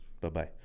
bye-bye